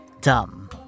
Dumb